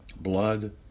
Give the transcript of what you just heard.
blood